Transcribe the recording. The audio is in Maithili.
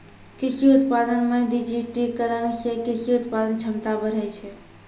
कृषि उत्पादन मे डिजिटिकरण से कृषि उत्पादन क्षमता बढ़ै छै